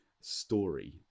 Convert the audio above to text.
story